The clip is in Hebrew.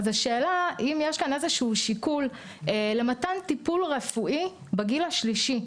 השאלה היא האם יש כאן איזשהו שיקול למתן טיפול רפואי בגיל השלישי,